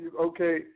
okay –